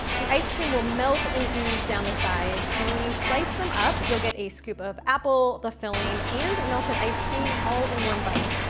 the ice cream will melt and ooze down the sides and when you slice them up, you'll get a scoop of apple, the filling and the melted ice cream, all in one bite.